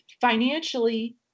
financially